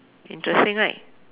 interesting right